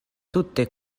tute